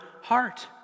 heart